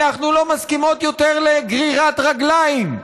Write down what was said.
אנחנו לא מסכימות יותר לגרירת רגליים.